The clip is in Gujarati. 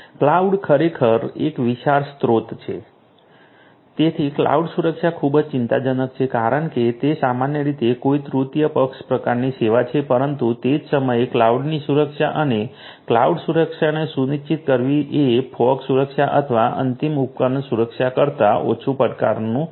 કલાઉડ ખરેખર એક વિશાળ સ્ત્રોત છે તેથી કલાઉડ સુરક્ષા ખૂબ જ ચિંતાજનક છે કારણ કે તે સામાન્ય રીતે કોઈ તૃતીય પક્ષ પ્રકારની સેવા છે પરંતુ તે જ સમયે કલાઉડની સુરક્ષા અને કલાઉડ સુરક્ષાને સુનિશ્ચિત કરવી એ ફોગ સુરક્ષા અથવા અંતિમ ઉપકરણ સુરક્ષા કરતાં ઓછું પડકારનું છે